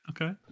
okay